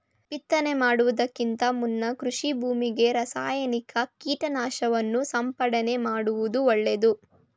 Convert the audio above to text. ಬಿತ್ತನೆ ಮಾಡುವುದಕ್ಕಿಂತ ಮುನ್ನ ಕೃಷಿ ಭೂಮಿಗೆ ರಾಸಾಯನಿಕ ಕೀಟನಾಶಕವನ್ನು ಸಿಂಪಡಣೆ ಮಾಡುವುದು ಒಳ್ಳೆದು